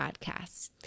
podcast